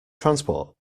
transport